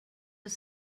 was